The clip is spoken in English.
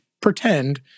pretend